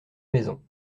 maisons